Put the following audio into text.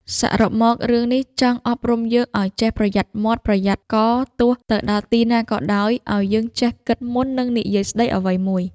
សរុបមករឿងនេះចង់អប់រំយើង ឲ្យចេះប្រយ័ត្នមាត់ប្រយ័ត្នករទោះទៅដល់ទីណាក៏ដោយ ឲ្យយើងចេះគិតមុននឹងនិយាយស្ដីអ្វីមួយ។